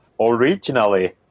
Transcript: Originally